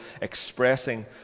expressing